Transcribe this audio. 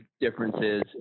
differences